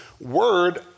word